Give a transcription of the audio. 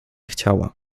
chciała